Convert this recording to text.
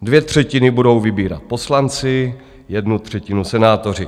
Dvě třetiny budou vybírat poslanci, jednu třetinu senátoři.